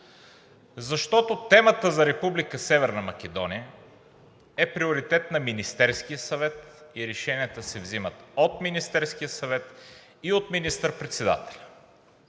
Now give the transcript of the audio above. Защото темата за Република Северна Македония е приоритет на Министерския съвет и решенията се взимат от Министерския съвет и от министър-председателя.